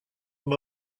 them